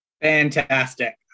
fantastic